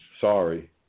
sorry